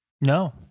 no